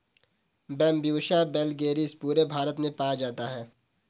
Bambusa vulgaris पूरे भारत में पाया जाता है